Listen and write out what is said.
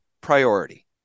priority